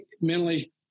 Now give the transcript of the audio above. mentally